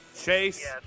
Chase